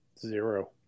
Zero